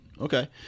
Okay